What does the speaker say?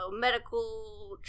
medical